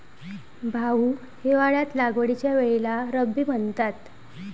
भाऊ, हिवाळ्यात लागवडीच्या वेळेला रब्बी म्हणतात